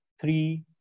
three